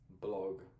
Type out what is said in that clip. blog